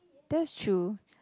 that's true